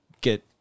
get